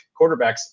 quarterbacks